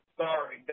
sorry